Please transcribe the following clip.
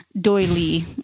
doily